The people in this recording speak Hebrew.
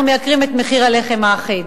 אנחנו מייקרים את מחיר הלחם האחיד.